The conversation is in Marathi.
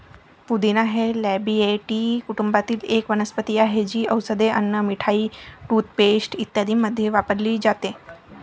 पुदिना हे लॅबिएटी कुटुंबातील एक वनस्पती आहे, जी औषधे, अन्न, मिठाई, टूथपेस्ट इत्यादींमध्ये वापरली जाते